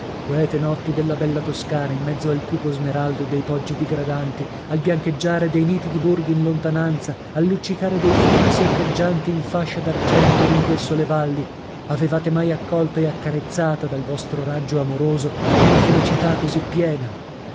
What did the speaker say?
quete notti della bella toscana in mezzo al cupo smeraldo dei poggi digradanti al biancheggiare dei nitidi borghi in lontananza al luccicare dei fiumi serpeggianti in fascia d'argento lunghesso le valli avevate mai accolta e accarezzata dal vostro raggio amoroso una felicità così piena